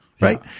right